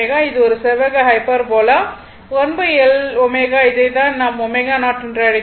இது ஒரு செவ்வக ஹைப்பர்போலா 1 L ω இதை தான் நாம் ω0 என்று அழைக்கிறோம்